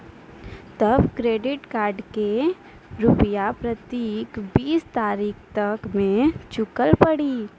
तब credit card के रूपिया प्रतीक बीस तारीख तक मे चुकल पड़ी?